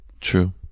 True